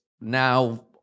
now